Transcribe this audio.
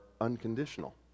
unconditional